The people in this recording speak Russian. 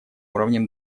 уровнем